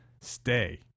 stay